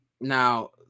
Now